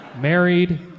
Married